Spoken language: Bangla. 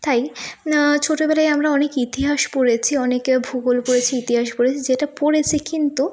তাই ছোটবেলায় আমরা অনেক ইতিহাস পড়েছি অনেকে ভূগোল পড়েছি ইতিহাস পড়েছি যেটা পড়েছি কিন্তু